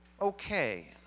okay